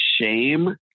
shame